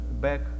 back